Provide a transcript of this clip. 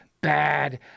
Bad